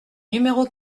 numéro